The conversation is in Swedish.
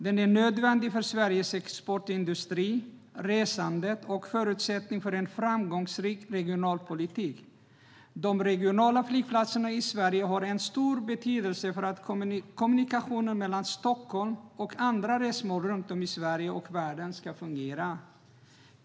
Den är nödvändig för Sveriges exportindustri och för resandet och är en förutsättning för en framgångsrik regionalpolitik. De regionala flygplatserna i Sverige har stor betydelse för att kommunikationer mellan Stockholm och andra resmål runt om i Sverige och världen ska fungera.